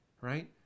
Right